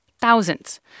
Thousands